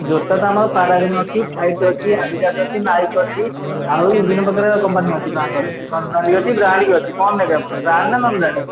ଜୋତାଟା ଆମର ପରାଗନ୍ ଅଛି ଫ୍ଲାଇଟ୍ ଅଛି ଆଡ଼ିଡ଼ାସ୍ ଅଛି ନାଇକ୍ ଅଛି ଆଉ ବିଭିନ୍ନ ପ୍ରକାରର କମ୍ପାନୀର ଅଛି ବ୍ରାଣ୍ଡ ଅଛି ନନ୍ ବ୍ରାଣ୍ଡ ବି ଅଛି ବ୍ରାଣ୍ଡ ବି ଅଛି କ'ଣ ନେବେ ଆପଣ ବ୍ରାଣ୍ଡ ନା ନନ୍ ବ୍ରାଣ୍ଡ